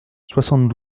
soixante